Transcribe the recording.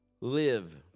Live